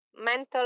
mental